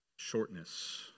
Shortness